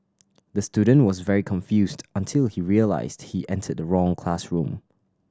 the student was very confused until he realised he entered the wrong classroom